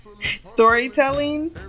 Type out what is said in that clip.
storytelling